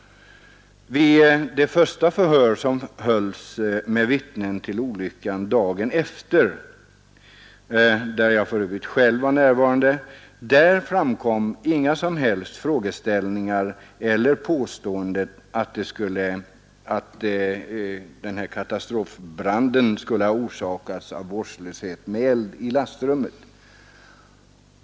Vid det första förhör som hölls med vittnen dagen efter olyckan — där jag för övrigt själv var närvarande — framkom inga som helst påståenden om att katastrofbranden skulle ha orsakats av vårdslöshet med eld i lastrummet.